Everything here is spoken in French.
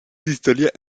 historiens